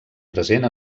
present